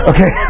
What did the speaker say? Okay